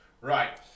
Right